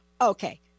Okay